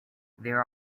there